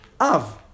Av